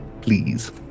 please